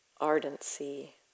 Ardency